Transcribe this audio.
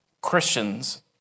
Christians